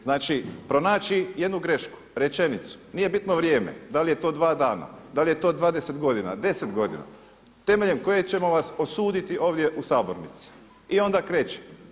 Znači pronaći jednu grešku, rečenicu nije bitno vrijeme da li j e to dva dana, da li je to 20 godina, 10 godina temeljem koje ćemo vas osuditi ovdje u sabornici i onda kreće.